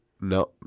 No